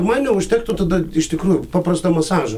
man neužtektų tada iš tikrųjų paprasto masažo